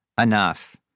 enough